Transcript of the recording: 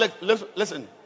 listen